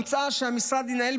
מוצע שהמשרד ינהל,